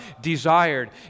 desired